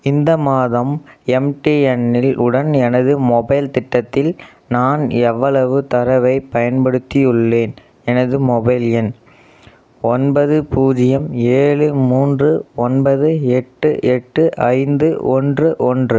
இந்த மாதம் எம்டிஎன்னில் உடன் எனது மொபைல் திட்டத்தில் நான் எவ்வளவு தரவை பயன்படுத்தி உள்ளேன் எனது மொபைல் எண் ஒன்பது பூஜ்யம் ஏழு மூன்று ஒன்பது எட்டு எட்டு ஐந்து ஒன்று ஒன்று